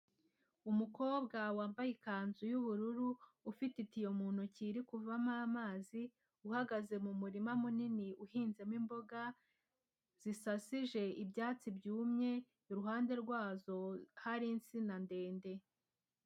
Umukobwa wambaye ikanzu y'ubururu, ufite itiyo mu ntoki iri kuvamo amazi uhagaze mu murima munini uhinzemo imboga zisasije ibyatsi byumye, iruhande rwazo hari insina ndende.